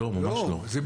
לא, ממש לא.